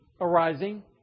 arising